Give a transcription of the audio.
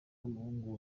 umuhungu